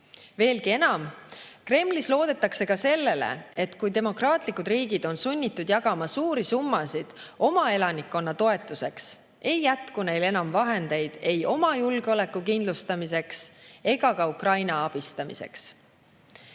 Veelgi enam, Kremlis loodetakse ka sellele, et kui demokraatlikud riigid on sunnitud jagama suuri summasid oma elanikkonna toetuseks, ei jätku neil enam vahendeid ei oma julgeoleku kindlustamiseks ega ka Ukraina abistamiseks.